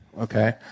okay